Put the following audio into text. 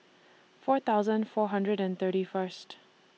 four thousand four hundred and thirty First